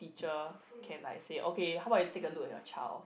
cher can like say okay how about you look at your child